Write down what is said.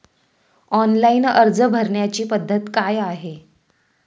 Online अर्ज भरण्याची पद्धत काय आहे?